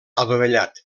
adovellat